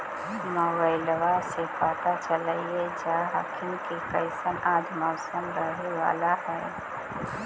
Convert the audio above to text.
मोबाईलबा से पता चलिये जा हखिन की कैसन आज मौसम रहे बाला है?